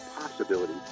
possibility